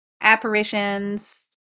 apparitions